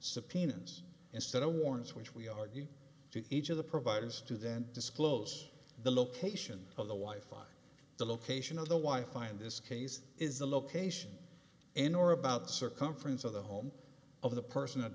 subpoenas instead of warrants which we argue to each of the providers to then disclose the location of the wife on the location of the y find this case is the location and or about circumference of the home of the person that